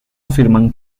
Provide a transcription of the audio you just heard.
afirman